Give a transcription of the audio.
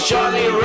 Johnny